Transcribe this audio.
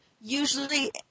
usually